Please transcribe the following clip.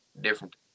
different